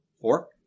four